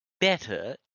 better